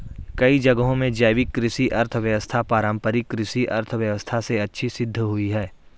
कई जगहों में जैविक कृषि अर्थव्यवस्था पारम्परिक कृषि अर्थव्यवस्था से अच्छी सिद्ध हुई है